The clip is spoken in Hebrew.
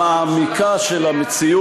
ממתי ראש הממשלה שומע ל-38 חברי כנסת?